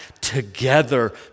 together